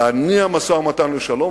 להניע משא-ומתן לשלום.